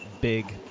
big